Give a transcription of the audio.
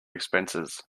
expenses